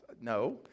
No